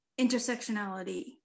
intersectionality